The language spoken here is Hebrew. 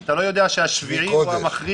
אתה לא יודע שהשביעי הוא המכריע?